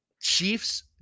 Chiefs